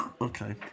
Okay